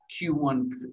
q1